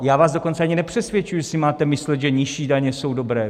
Já vás dokonce ani nepřesvědčuji, že si máte myslet, že nižší daně jsou dobré.